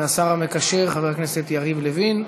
והשר המקשר חבר הכנסת יריב לוין.